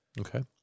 Okay